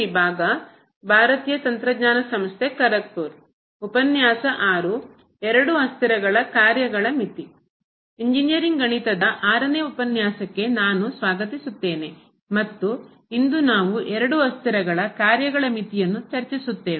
engineering ಗಣಿತದ 6 ನೇ ಉಪನ್ಯಾಸಕ್ಕೆ ನಾನು ಸ್ವಾಗತಿಸುತ್ತೇನೆ ಮತ್ತು ಇಂದು ನಾವು ಎರಡು ಅಸ್ಥಿರಗಳ ಕಾರ್ಯಗಳ ಮಿತಿಯನ್ನು ಚರ್ಚಿಸುತ್ತೇವೆ